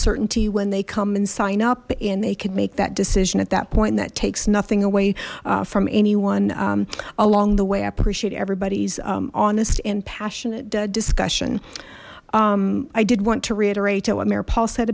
certainty when they come and sign up and they can make that decision at that point that takes nothing away from anyone along the way i appreciate everybody's honest and passionate discussion i did want to reiterate